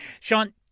Sean